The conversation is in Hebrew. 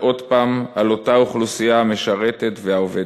עוד פעם על אותה אוכלוסייה המשרתת והעובדת.